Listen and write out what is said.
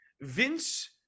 Vince